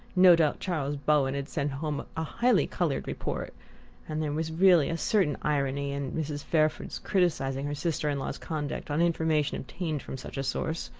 no doubt charles bowen had sent home a highly-coloured report and there was really a certain irony in mrs. fairford's criticizing her sister-in-law's conduct on information obtained from such a source!